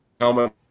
helmet